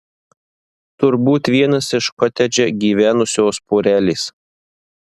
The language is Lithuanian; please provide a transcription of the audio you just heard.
turbūt vienas iš kotedže gyvenusios porelės